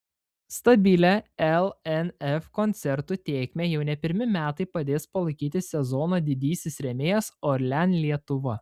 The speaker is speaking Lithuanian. stabilią lnf koncertų tėkmę jau ne pirmi metai padės palaikyti sezono didysis rėmėjas orlen lietuva